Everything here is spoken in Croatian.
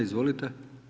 Izvolite.